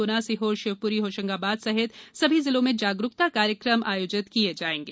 गुना सीहोर शिवपुरी होशंगाबाद सहित सभी जिलों में जागरुकता कार्यक्रम आयोजित किये जायेंगे